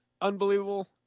unbelievable